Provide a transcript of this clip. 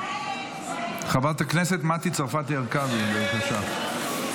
חברת הכנסת מטי צרפתי הרכבי, בבקשה.